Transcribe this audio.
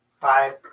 Five